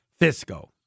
fisco